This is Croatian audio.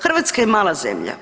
Hrvatska je mala zemlja.